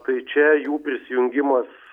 tai čia jų prisijungimas